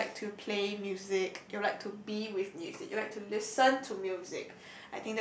that you like to play music that you like to be with music you like to listen to music